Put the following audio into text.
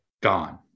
gone